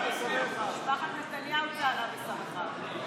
משפחת נתניהו צהלה ושמחה.